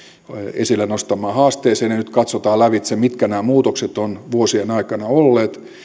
esille nostamaan haasteeseen nyt katsotaan lävitse mitkä nämä muutokset ovat vuosien aikana olleet